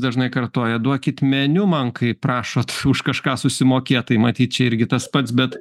dažnai kartoja duokit meniu man kai prašot už kažką susimokėt tai matyt čia irgi tas pats bet